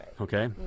Okay